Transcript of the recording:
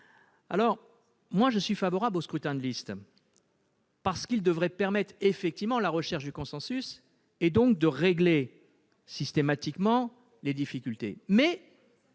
part, je suis favorable au scrutin de liste, qui devrait permettre la recherche du consensus et donc de régler systématiquement les difficultés. Mais